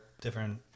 different